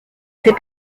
fait